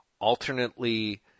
alternately